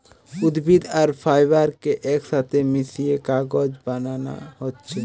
উদ্ভিদ আর ফাইবার কে একসাথে মিশিয়ে কাগজ বানানা হচ্ছে